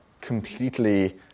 completely